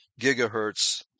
gigahertz